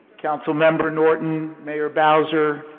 councilmember norton, mayor bowser,